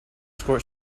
squirt